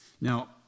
Now